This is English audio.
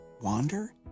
wander